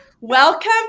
welcome